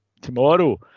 tomorrow